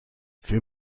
für